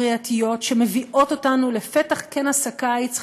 שמביאות אותנו לפתח כנס הקיץ,